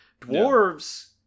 Dwarves